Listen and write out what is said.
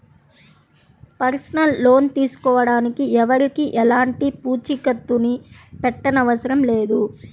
personal loan తీసుకోడానికి ఎవరికీ ఎలాంటి పూచీకత్తుని పెట్టనవసరం లేదు